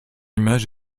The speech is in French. image